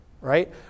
right